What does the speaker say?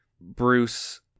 Bruce